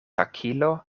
hakilo